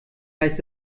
heißt